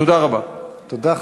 תודה רבה.